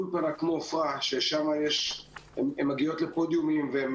תלמידות אולפנת עופרה מגיעות לפודיומים והן